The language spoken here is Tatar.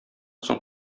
соң